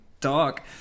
talk